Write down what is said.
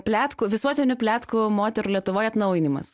pletkų visuotinių pletkų moterų lietuvoj atnaujinimas